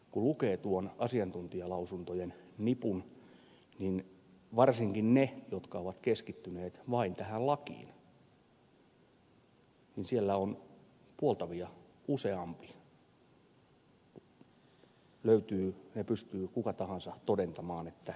kun lukee tuon asiantuntijalausuntojen nipun varsinkin ne jotka ovat keskittyneet vain tähän lakiin niin siellä löytyy puoltavia useampi ne pystyy kuka tahansa todentamaan että näin on